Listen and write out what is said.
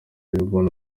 mbona